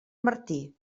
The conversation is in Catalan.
martí